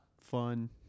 fun